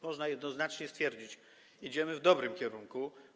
Można jednoznacznie stwierdzić, że idziemy w dobrym kierunku.